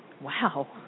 Wow